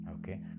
okay